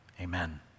Amen